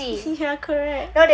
新牙颗 right